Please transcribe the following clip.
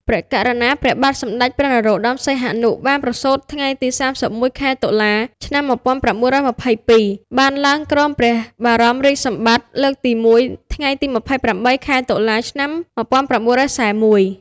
ព្រះករុណាព្រះបាទសម្ដេចព្រះនរោត្ដម សីហនុ បានប្រសូត ថ្ងៃទី៣១ ខែតុលា ឆ្នាំ១៩២២ បានឡើងគ្រងព្រះបរមរាជសម្បត្តិ លើកទី១ ថ្ងៃទី២៨ ខែតុលា ឆ្នាំ១៩៤១។